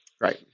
Right